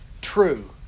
true